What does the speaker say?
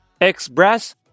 Express